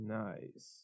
nice